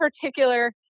particular